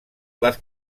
les